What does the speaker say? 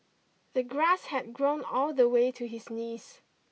the grass had grown all the way to his knees